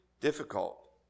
difficult